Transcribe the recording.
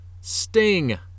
Sting